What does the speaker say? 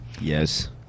yes